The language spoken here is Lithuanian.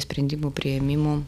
sprendimų priėmimu